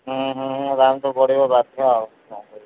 ହୁଁ ହୁଁ ହଇରାଣ ତ କରିବ ବାଧ୍ୟ ଆଉ କ'ଣ କରିବା